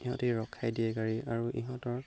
সিহঁতি ৰখাই দিয়ে গাড়ী আৰু ইহঁতৰ